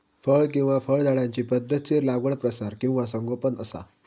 फळ किंवा फळझाडांची पध्दतशीर लागवड प्रसार किंवा संगोपन असा